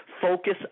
focus